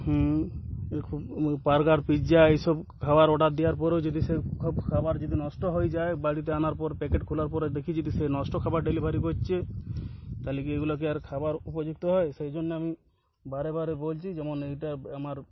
হুম এ খুব burger pizza এইসব খাওয়ার অর্ডার দেওয়ার পরেও যদি সে খাব খাবার যদি নষ্ট হয়ে যায় বাড়িতে আনার পর প্যাকেট খোলার পরে দেখি যদি সে নষ্ট খাবার ডেলিভারি করছে তাহলে কি এগুলো কি আর খাবার উপযুক্ত হয় সেই জন্যে আমি বারে বারে বলছি যেমন এইটা আমার